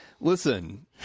listen